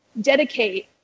dedicate